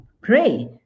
pray